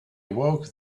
awoke